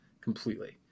completely